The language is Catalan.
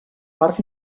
part